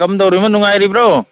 ꯀꯔꯝ ꯇꯧꯔꯤꯕꯅꯣ ꯅꯨꯡꯉꯥꯏꯔꯤꯕ꯭ꯔꯣ